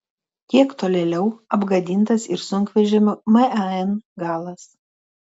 kiek tolėliau apgadintas ir sunkvežimio man galas